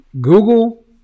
Google